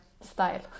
style